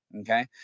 okay